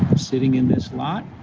sitting in this lot.